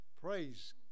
Praise